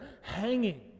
hanging